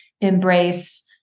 embrace